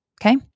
Okay